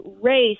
race